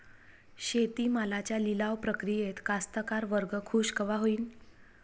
शेती मालाच्या लिलाव प्रक्रियेत कास्तकार वर्ग खूष कवा होईन?